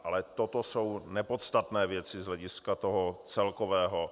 Ale toto jsou nepodstatné věci z hlediska toho celkového.